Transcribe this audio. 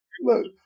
look